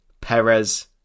Perez